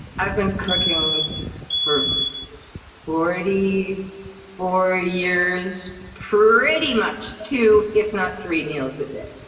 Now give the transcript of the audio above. i've been cooking for forty four years. pretty much two, if not three meals a day.